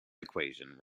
equation